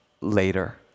later